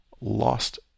lost